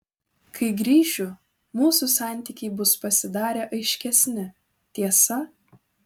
kai grįšiu mūsų santykiai bus pasidarę aiškesni tiesa